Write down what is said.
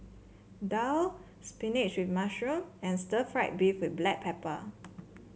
daal spinach with mushroom and Stir Fried Beef with Black Pepper